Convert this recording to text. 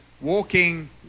walking